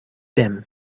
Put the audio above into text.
them